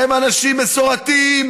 הם אנשים מסורתיים,